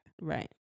right